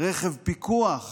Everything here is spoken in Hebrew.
רכב פיקוח